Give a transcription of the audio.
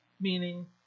meaning